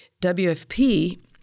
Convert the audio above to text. WFP